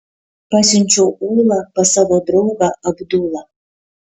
pasiunčiau ulą pas savo draugą abdulą